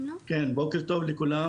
ייתן את תמונת המצב ואחר כך נתייחס לכולם.